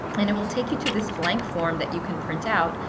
and it will take you to this blank form that you can print out,